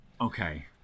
Okay